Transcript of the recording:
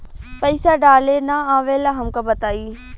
पईसा डाले ना आवेला हमका बताई?